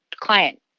Client